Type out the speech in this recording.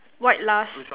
white last